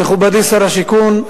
מכובדי שר השיכון,